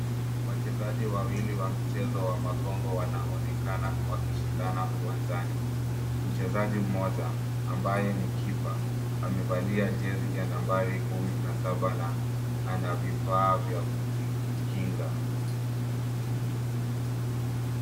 Wachezaji wawili wa mchezo wa magogo wanaonekana wakishindana uwanjani. Mchezaji mmoja, ambaye ni kipa, amevalia jezi ya nambari kumi na saba na ana vifaa vya kujikinga.